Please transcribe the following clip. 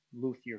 luthier